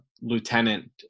lieutenant